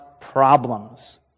problems